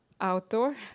outdoor